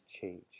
change